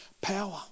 power